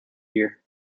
year